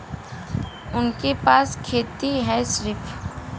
उनके पास खेती हैं सिर्फ